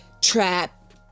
trap